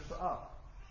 up